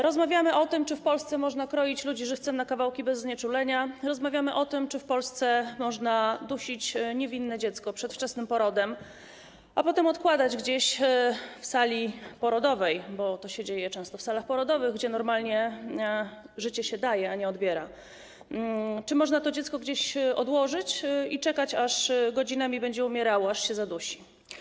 Rozmawiamy o tym, czy w Polsce można kroić ludzi żywcem na kawałki bez znieczulenia, rozmawiamy o tym, czy w Polsce można dusić niewinne dziecko przedwczesnym porodem, a potem odkładać gdzieś w sali porodowej - bo to się dzieje często w salach porodowych, gdzie normalnie życie się daje, a nie odbiera - czy można to dziecko gdzieś odłożyć i czekać, aż godzinami będzie umierało, aż się zadusi.